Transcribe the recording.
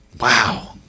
Wow